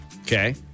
Okay